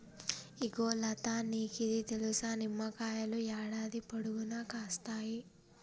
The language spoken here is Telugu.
ఇగో లతా నీకిది తెలుసా, నిమ్మకాయలు యాడాది పొడుగునా కాస్తాయి